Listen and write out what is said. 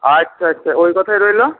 আচ্ছা আচ্ছা ওই কথাই রইল